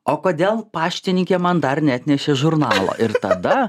o kodėl paštininkė man dar neatnešė žurnalo ir tada